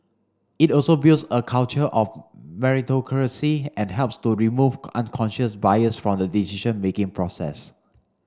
it also builds a culture of meritocracy and helps to remove unconscious bias from the decision making process